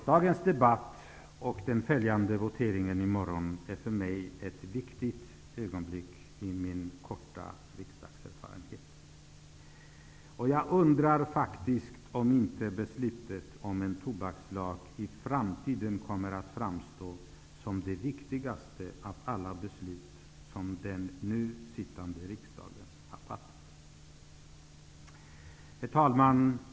Dagens debatt och den följande voteringen i morgon är för mig viktiga ögonblick i min korta riksdagserfarenhet. Jag undrar faktiskt om inte beslutet om en tobakslag i framtiden kommer att framstå som det viktigaste av alla beslut som den nu sittande riksdagen har fattat. Herr talman!